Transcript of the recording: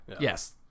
Yes